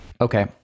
okay